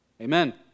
amen